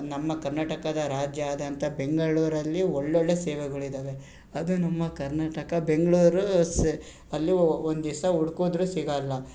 ನಮ್ಮ ಕರ್ನಾಟಕದ ರಾಜ್ಯ ಆದಂತಹ ಬೆಂಗಳೂರಲ್ಲಿ ಒಳ್ಳೊಳ್ಳೆಯ ಸೇವೆಗಳಿದ್ದಾವೆ ಅದು ನಮ್ಮ ಕರ್ನಾಟಕ ಬೆಂಗಳೂರು ಸೆ ಅಲ್ಲಿ ಒಂದು ದಿವಸ ಹುಡ್ಕಿದ್ರು ಸಿಗೊಲ್ಲ